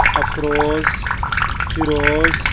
Afroz Feroz